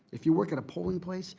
if you work at a polling place,